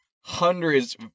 hundreds